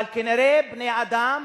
אבל כנראה בני-אדם